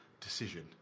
decision